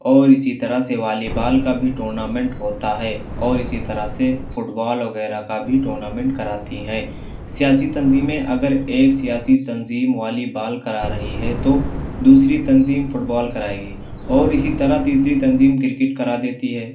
اور اسی طرح سے والی بال کا بھی ٹورنامنٹ ہوتا ہے اور اسی طرح سے فٹ بال وغیرہ کا بھی ٹورنامنٹ کراتی ہے سیاسی تنظیمیں اگر ایک سیاسی تنظیم والی بال کرا رہی ہے تو دوسری تنظیم فٹ بال کرائے گی اور اسی طرح تیسری تنظیم کرکٹ کرا دیتی ہے